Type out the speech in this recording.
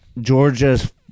Georgia's